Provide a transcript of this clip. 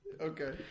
Okay